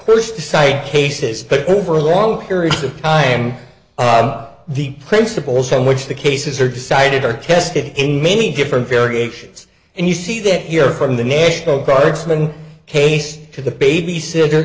first sight cases but over a long period of time the principles in which the cases are decided are tested in many different variations and you see them here from the national guardsman case to the babysitter